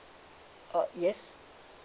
uh yes